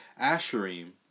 asherim